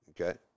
Okay